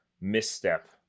misstep